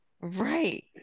right